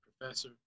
professor